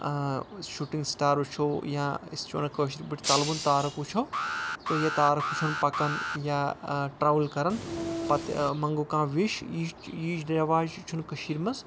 shooting star وٕچھو یا أسۍ چھِ وَنان کاشِر پٲتھۍ ژلوُن تارُک وُچھو تہٕ یہِ تارُک وٕچھوون پَکان یا ٹرؤل کَران پَتہٕ منٛگوو کانٛہہ وِش یہِ یِہِج ریٚواج چھُ نہٕ کٔشیٖر منٛز